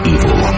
Evil